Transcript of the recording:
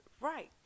right